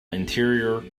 interior